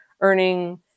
earning